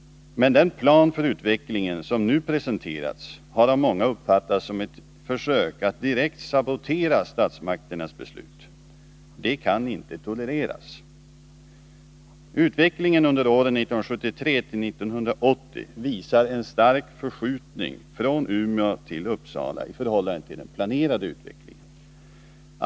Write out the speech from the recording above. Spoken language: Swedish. Men den plan för utvecklingen som nu presenterats har av många uppfattats som ett försök att direkt sabotera statsmakternas beslut. Detta kan inte tolereras. Utvecklingen under åren 1973-1980 visar en stark förskjutning från Umeå till Uppsala i förhållande till den planerade utvecklingen.